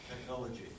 Technology